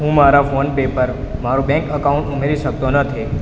હું મારા ફોન પે પર મારું બેંક અકાઉન્ટ ઉમેરી શકતો નથી